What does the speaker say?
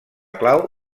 clau